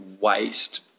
waste